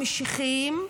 המשיחיים,